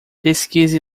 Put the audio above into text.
pesquise